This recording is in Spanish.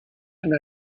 una